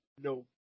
No